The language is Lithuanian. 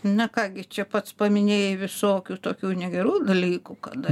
na ką gi čia pats paminėjai visokių tokių negerų dalykų kad